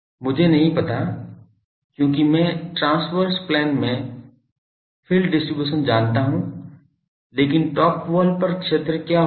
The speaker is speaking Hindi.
मुझे नहीं पता क्योंकि मैं ट्रांस्वर्स प्लेन में फील्ड डिस्ट्रीब्यूशन जानता हूं लेकिन टॉप वॉल पर क्षेत्र क्या होगा